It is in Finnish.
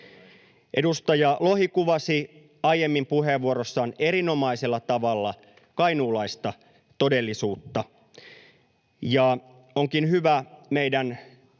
Edustaja Lohi kuvasi aiemmin puheenvuorossaan erinomaisella tavalla kainuulaista todellisuutta. Onkin hyvä meidän